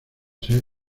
ser